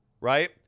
Right